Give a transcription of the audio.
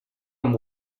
amb